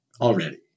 already